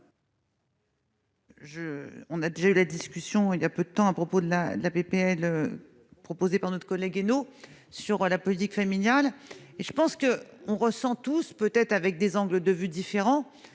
on a déjà eu la discussion, il y a peu de temps à propos de la la PPL. Proposé par notre collègue sur la politique familiale et je pense qu'on ressent tous, peut-être avec des angles de vue différents